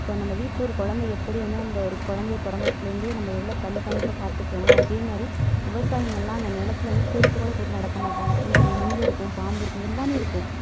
இப்போ நம்ம வீட்டிலே ஒரு குழந்த எப்படி வந்து நம்ம ஒரு குழந்தய பிறந்தத்லேருந்தே நம்ம எவ்வளோ கண்காணிப்பாக பார்த்துக்கிறமோ அதேமாதிரி விவசாயிங்கள்லாம் அந்த நிலத்துல வந்து செருப்பு கூட போட்டு நடக்க மாட்டாங்க இங்கிட்டு அங்கே முள்ளு இருக்கும் பாம்பு இருக்கும் எல்லாமே இருக்கும்